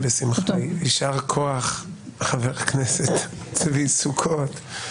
ישר כוח חבר הכנסת צבי סוכות.